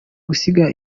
gusiga